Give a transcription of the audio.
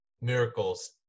miracles